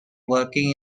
working